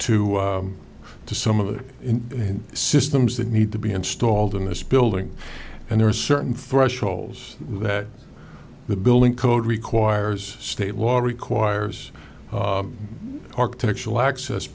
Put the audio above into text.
the to some other systems that need to be installed in this building and there are certain thresholds that the building code requires state law requires architectural access